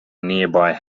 nearby